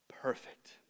perfect